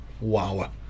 Wow